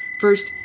First